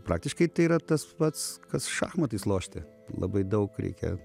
praktiškai tai yra tas pats kas šachmatais lošti labai daug reikia